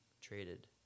traded